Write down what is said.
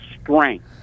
strength